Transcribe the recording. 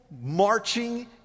marching